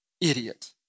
Idiot